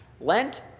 Lent